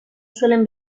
suelen